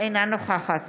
אינה נוכחת